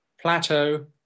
plateau